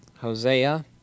Hosea